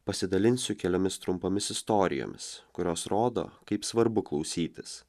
pasidalinsiu keliomis trumpomis istorijomis kurios rodo kaip svarbu klausytis